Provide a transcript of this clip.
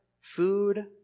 food